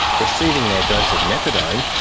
receiving their dose of methadone,